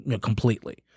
completely